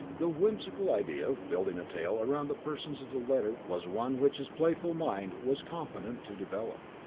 the whimsical idea of building a tale around the persons of the letter was one which his playful mind was competent to develop,